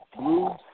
blue